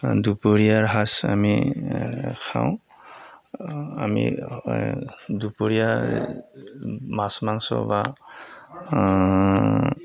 দুপৰীয়াৰ সাঁজ আমি খাওঁ আমি দুপৰীয়াৰ মাছ মাংস বা